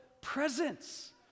presence